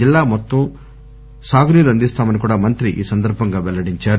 జిల్లా మొత్తం సాగు నీరు అందిస్తామని మంత్రి పెల్లడించారు